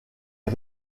est